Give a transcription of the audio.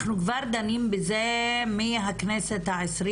אנחנו כבר דנים בזה מהכנסת ה-20,